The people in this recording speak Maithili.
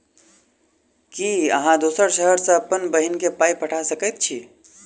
की अहाँ दोसर शहर सँ अप्पन बहिन केँ पाई पठा सकैत छी?